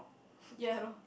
ya lor